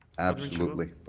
absolutely.